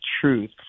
truth